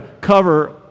cover